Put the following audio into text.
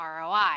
ROI